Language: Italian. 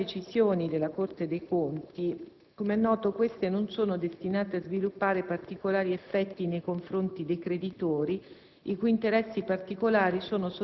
In merito poi alle decisioni della Corte dei conti, com'è noto, queste non sono destinate a sviluppare particolari effetti nei confronti dei creditori,